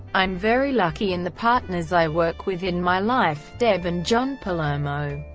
i'm very lucky in the partners i work with in my life, deb and john palermo.